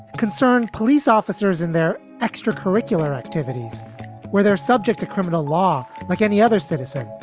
concerned police officers in their extracurricular activities where they're subject to criminal law, like any other citizen